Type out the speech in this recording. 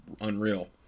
unreal